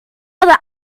other